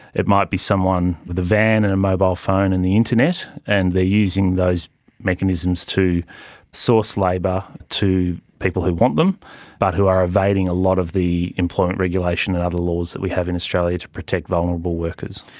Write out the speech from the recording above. it might be someone with a van and a mobile phone and the internet, and they are using those mechanisms to source labour to people who want them but who are evading a lot of the employment regulation and other laws that we have in australia to protect vulnerable workers.